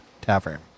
Tavern